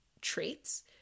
traits